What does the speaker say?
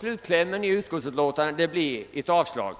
Slutklämmen i utskottsutlåtandet blir ett avslag.